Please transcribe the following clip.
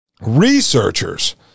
Researchers